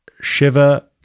Shiva